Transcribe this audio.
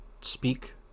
speak